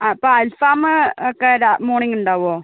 അപ്പം അൽഫാം ഒക്കെ ഡാ മോർണിംഗ് ഉണ്ടാവുമോ